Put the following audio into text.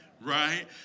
right